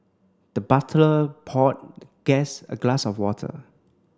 the butler poured guest a glass of water